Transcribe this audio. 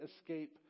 escape